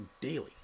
daily